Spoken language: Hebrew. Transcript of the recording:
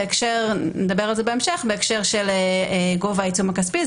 ונדבר על זה בהמשך בהקשר לגובה העיצום הכספי.